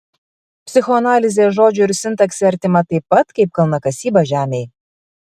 psichoanalizė žodžiui ir sintaksei artima taip pat kaip kalnakasyba žemei